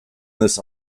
this